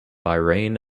bahrain